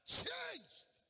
changed